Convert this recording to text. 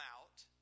out